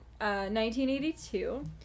1982